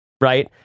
right